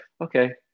okay